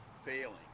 Failing